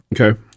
Okay